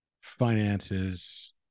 Finances